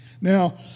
Now